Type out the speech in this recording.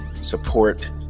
support